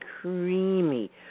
creamy